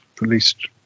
released